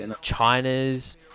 China's